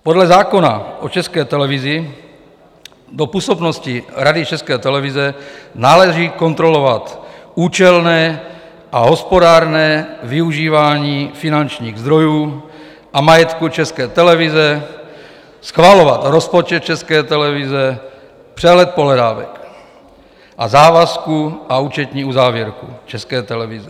Podle zákona o České televizi do působnosti Rady České televize náleží kontrolovat účelné a hospodárné využívání finančních zdrojů a majetku České televize, schvalovat rozpočet České televize, přehled pohledávek, závazků a účetní uzávěrku České televize.